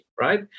right